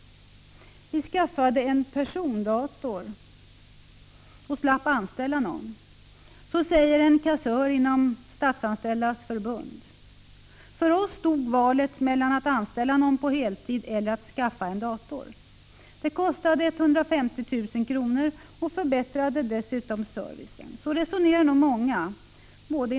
”Vi skaffade en persondator och slapp anställa någon”, säger en kassör inom Statsanställdas förbund. På hans arbetsplats stod valet mellan att anställa någon på heltid och att skaffa en dator. Datorn kostade bara 150 000 kr. och förbättrade dessutom servicen, sade vidare den här kassören. Så resonerar nog många.